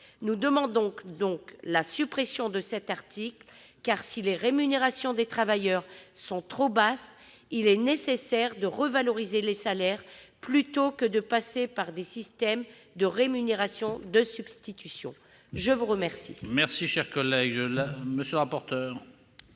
Nous demandons la suppression de cet article, car, si les rémunérations des travailleurs sont trop basses, il est nécessaire de revaloriser les salaires plutôt que de passer par des systèmes de rémunération de substitution. Quel est l'avis de la commission spéciale ?